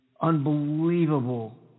unbelievable